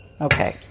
Okay